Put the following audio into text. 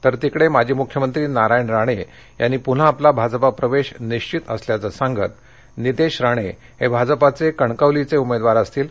तर तिकडे माजी मुख्यमंत्री नारायण राणे यांनी पुन्हा आपला भाजपा प्रवेश निश्वित असल्याचं सांगत नितेश राणे हे भाजपचे कणकवलीचे उमेदवार असतील असं म्हटलं आहे